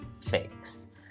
fix